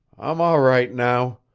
i'm all right now.